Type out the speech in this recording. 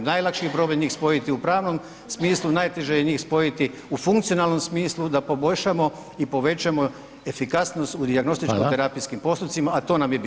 Najlakši je problem njih spojiti u pravnom smislu, najteže je njih spojiti u funkcionalnom smislu da poboljšamo i povećamo efikasnost u dijagnostičko terapijskim postupcima, a to nam je bitno.